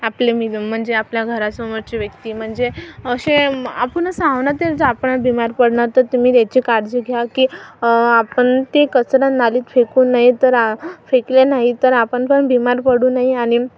आपले म्हणजे आपल्या घरासमोरचे व्यक्ती म्हणजे असे आपणच आहो ना ते जर आपणच बिमार पडणार तर तुम्ही याची काळजी घ्या की आपण ती कचरा नालीत फेकून नाही तर फेकले नाही तर आपण पण बिमार पडू नाही आणि